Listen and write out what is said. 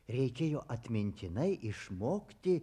reikėjo atmintinai išmokti